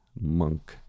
monk